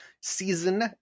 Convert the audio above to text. season